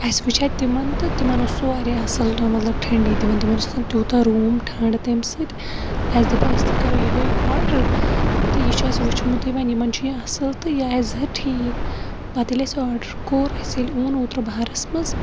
اسہِ وٕچھے تِمن تہِ تِمن اوس سُہ واریاہ اَصٕل مَطلب ٹھٔنٛڈی دِوَان تِمن اوس آسَان تِیوٗتاہ روٗم ٹھَنٛڈٕ تَمہِ سۭتۍ اسہِ دَپیے أسۍ تہِ کَرو یِہٕے آرڈَر تہٕ یہِ چھُ اسہِ وٕچھمُتُے وۄنۍ یِمن چھُ یہِ اَصٕل تہٕ یہِ آسہِ زٕہٕرۍ ٹھیٖک پَتہٕ ییٚلہِ اَسہِ آرڈَر کوٚر اسہِ ییٚلہِ اوٚن اوترٕ بَہارَس منٛز